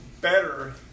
better